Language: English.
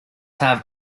have